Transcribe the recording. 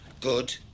good